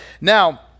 Now